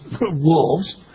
wolves